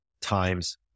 times